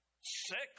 six